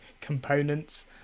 components